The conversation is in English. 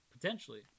potentially